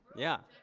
yeah,